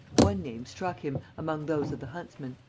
one name struck him, among those of the huntsmen.